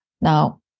Now